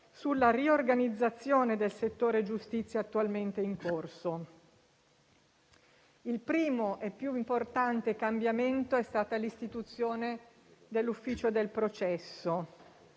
sulla riorganizzazione del settore giustizia attualmente in corso. Il primo e più importante cambiamento è stata l'istituzione dell'ufficio del processo.